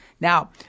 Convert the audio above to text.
Now